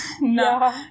No